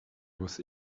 was